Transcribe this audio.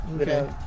Okay